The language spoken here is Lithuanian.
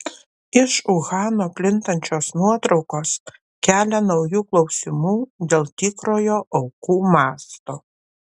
iš uhano plintančios nuotraukos kelia naujų klausimų dėl tikrojo aukų masto